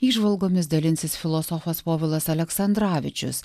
įžvalgomis dalinsis filosofas povilas aleksandravičius